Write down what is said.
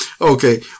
Okay